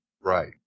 right